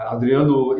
Adriano